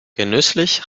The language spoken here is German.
genüsslich